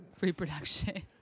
Reproduction